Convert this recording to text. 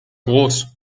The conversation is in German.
groß